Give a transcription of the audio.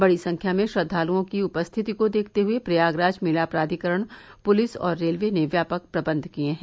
बड़ी संख्या में श्रद्वालुओं के उपस्थिती को देखते हुए प्रयागराज मेला प्राधिकरण पुलिस और रेलवे ने व्यापक प्रबंध किये हैं